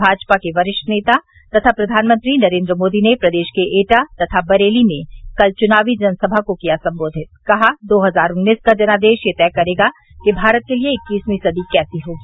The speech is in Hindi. भाजपा के वरिष्ठ नेता तथा प्रधानमंत्री नरेन्द्र मोदी ने प्रदेश के एटा तथा बरेली में कल चुनावी जनसभा को किया संबोधित कहा दो हजार उन्नीस का जनादेश यह तय करेगा कि भारत के लिये इक्कीसवीं सदी कैसी होगी